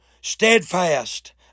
steadfast